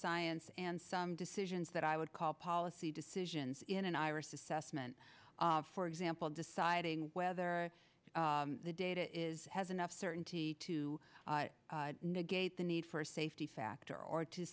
science and some decisions that i would call policy decisions in an iris assessment for example deciding whether the data is has enough certainty to negate the need for a safety factor or two